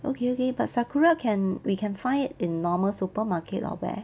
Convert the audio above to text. okay okay but sakura can we can find it in normal supermarket or where